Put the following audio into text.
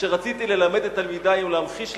כשרציתי ללמד את תלמידי ולהמחיש להם,